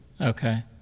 Okay